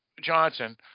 Johnson